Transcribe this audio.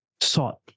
sought